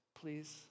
Please